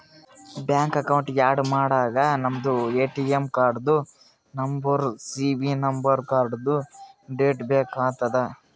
bank account add ಮಾಡಾಗ ನಮ್ದು ATM ಕಾರ್ಡ್ದು ನಂಬರ್ ಸಿ.ವಿ ನಂಬರ್ ಕಾರ್ಡ್ದು ಡೇಟ್ ಬೇಕ್ ಆತದ್